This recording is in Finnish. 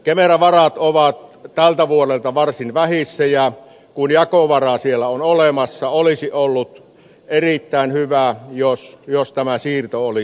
kemera varat ovat tältä vuodelta varsin vähissä ja kun jakovaraa siellä on olemassa olisi ollut erittäin hyvä jos tämä siirto olisi toteutettu